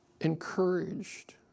Encouraged